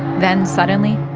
then suddenly.